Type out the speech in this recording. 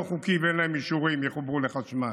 חוקי ואין להם אישורים יחוברו לחשמל,